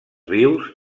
vius